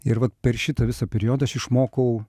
ir vat per šitą visą periodą aš išmokau